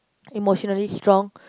emotionally strong